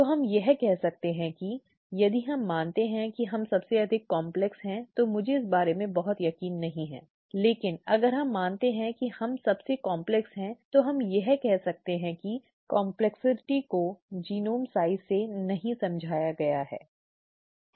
तो हम यह कह सकते हैं कि यदि हम मानते हैं कि हम सबसे अधिक जटिल हैं तो मुझे इस बारे में बहुत यकीन नहीं है लेकिन अगर हम मानते हैं कि हम सबसे जटिल हैं तो हम यह कह सकते हैं कि जटिलता को जीनोम के आकार से नहीं समझाया गया है है ना